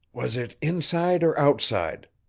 was it inside or outside?